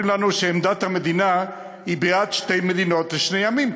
אומרים לנו שעמדת המדינה היא בעד שתי מדינות לשני עמים,